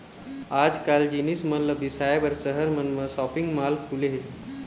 आजकाल जिनिस मन ल बिसाए बर सहर मन म सॉपिंग माल खुले हे